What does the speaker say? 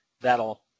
that'll